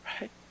right